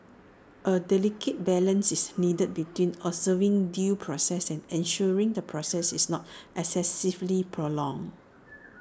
A delicate balance is needed between observing due process and ensuring the process is not excessively prolonged